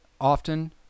often